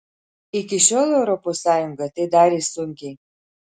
iki šiol europos sąjunga tai darė sunkiai